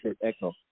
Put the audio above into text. echo